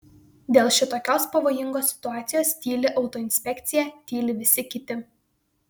dėl šitokios pavojingos situacijos tyli autoinspekcija tyli visi kiti